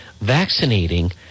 vaccinating